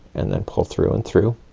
and then pull through and through.